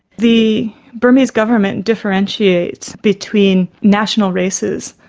the burmese government differentiates between national races,